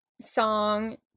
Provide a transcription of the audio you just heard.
song